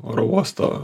oro uosto